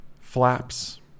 Flaps